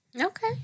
Okay